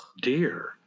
dear